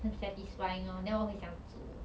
like satisfying orh then 我会想煮